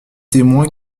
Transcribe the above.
témoin